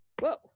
whoa